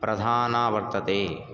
प्रधाना वर्तते